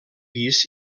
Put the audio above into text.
pis